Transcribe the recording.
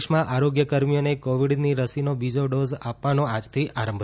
દેશમાં આરોગ્ય કર્મીઓને કોવીડની રસીનો બીજો ડોઝ આપવાનો આજથી આરંભ